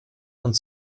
und